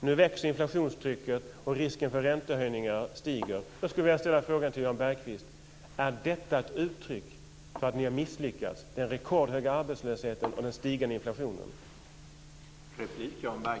Nu växer inflationstrycket, och risken för räntehöjningar stiger. Jag skulle vilja ställa frågan till Jan Bergqvist: Är den rekordhöga arbetslösheten och den stigande inflationen ett uttryck för att ni har misslyckats?